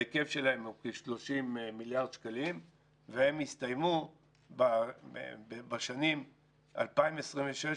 ההיקף שלהם הוא כ-30 מיליארד שקלים והם יסתיימו בשנים 2027-2026,